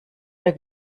der